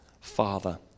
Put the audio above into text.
Father